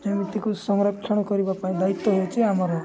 ଯେମିତିକୁ ସଂରକ୍ଷଣ କରିବା ପାଇଁ ଦାୟିତ୍ୱ ହେଉଛି ଆମର